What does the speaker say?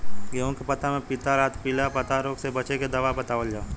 गेहूँ के पता मे पिला रातपिला पतारोग से बचें के दवा बतावल जाव?